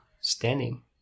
standing